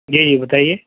جی جی بتائیے